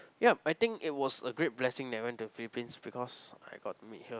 yup I think it was a great blessing that I went to Philippines because I got to meet her